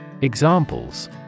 Examples